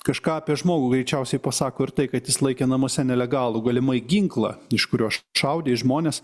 kažką apie žmogų greičiausiai pasako ir tai kad jis laikė namuose nelegalų galimai ginklą iš kurio šaudė žmones